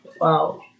Wow